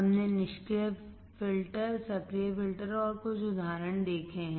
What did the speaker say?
हमने निष्क्रिय फिल्टर सक्रिय फिल्टर और कुछ उदाहरण देखे हैं